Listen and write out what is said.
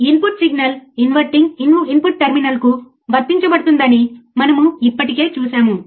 కాబట్టి ఇన్పుట్లను గ్రౌండ్ చేసినప్పుడు అవుట్పుట్ వోల్టేజ్ 0 వోల్ట్ అవుతుంది అని మనం అనుకుంటాము